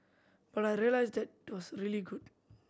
but I realised that it was really good